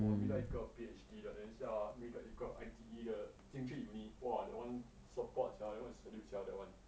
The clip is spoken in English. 我 meet 到一个 P_H_D 的等一下 meet 等一下 meet 到一个 I_T_E 的进去 uni !wah! that one is support sia salute sia that one